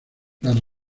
las